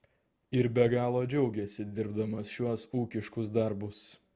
ir be galo džiaugiasi dirbdamas šiuos ūkiškus darbus